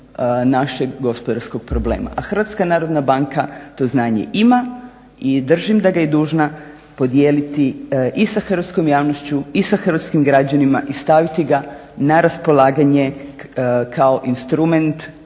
našeg gospodarskog problema. A HNB to znanje ima i držim da ga je dužna podijeliti i sa hrvatskom javnošću i sa hrvatskim građanima i staviti ga na raspolaganje kao instrument